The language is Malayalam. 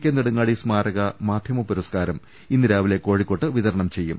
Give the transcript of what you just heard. കെ നെടുങ്ങാടി സ്മാരക മാധ്യമ പുരസ്കാരം ഇന്ന് ട രാവിലെ കോഴിക്കോട്ട് വിതരണം ചെയ്യും